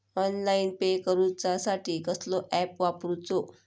Online pay करूचा साठी कसलो ऍप वापरूचो?